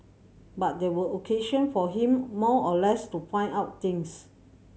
but they were occasion for him more or less to find out things